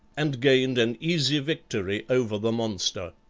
and gained an easy victory over the monster.